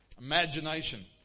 Imagination